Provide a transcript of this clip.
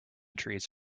trees